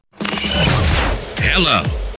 hello